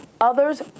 others